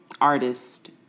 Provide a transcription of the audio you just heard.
artist